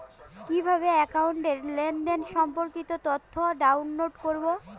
কিভাবে একাউন্টের লেনদেন সম্পর্কিত তথ্য ডাউনলোড করবো?